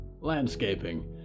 Landscaping